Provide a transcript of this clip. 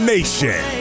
Nation